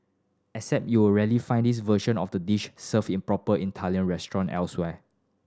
except you'll rarely find this version of the dish served in proper Italian restaurant elsewhere